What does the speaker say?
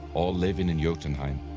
all living in jotunheim.